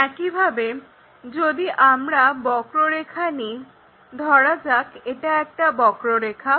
একইভাবে যদি আমরা বক্ররেখা নিই ধরা যাক এটা একটা বক্ররেখা